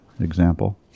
example